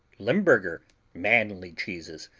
limburger manly cheeses,